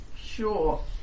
Sure